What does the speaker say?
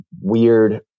weird